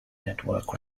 network